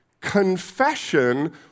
confession